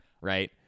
Right